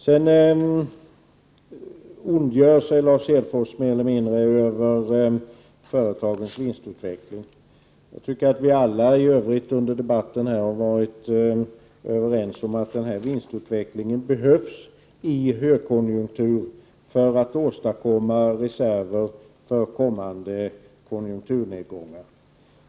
Sedan ondgör sig Lars Hedfors mer eller mindre över företagens vinstutveckling. Jag tycker att vi i övrigt under debatten har varit överens om att vinstutvecklingen behövs i en högkonjunktur för att åstadkomma reserver för kommande konjunkturnedgångar.